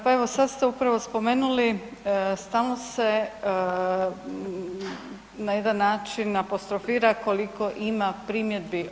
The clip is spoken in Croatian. Pa evo sad ste upravo spomenuli stalno se na jedan način apostrofira koliko ima primjedbi.